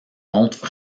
montrent